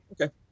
Okay